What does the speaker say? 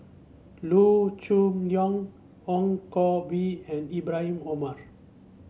Loo Choon Yong Ong Koh Bee and Ibrahim Omar